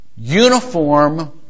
Uniform